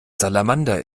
salamander